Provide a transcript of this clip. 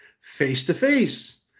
face-to-face